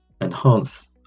enhance